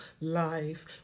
life